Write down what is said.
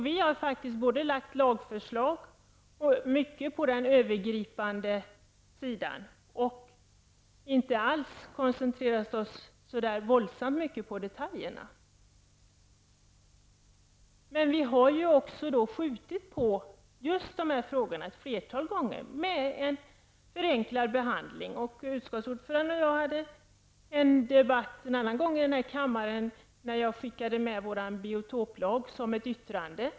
Vi har faktiskt lagt fram lagförslag som i stor utsträckning gäller den övergripande sidan och inte alls koncentrerat oss så mycket på detaljerna. Men vi har också skjutit på just dessa frågor ett flertal gånger genom en förenklad behandling. Utskottsutföranden och jag hade en annan gång en debatt här i kammaren, när jag ville skicka med vår biotoplag som ett yttrande.